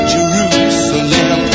Jerusalem